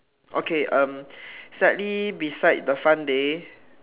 okay uh slightly beside the fun day